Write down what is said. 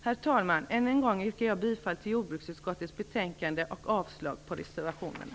Herr talman! Än en gång yrkar jag bifall till hemställan i jordbruksutskottets betänkande och avslag på reservationerna.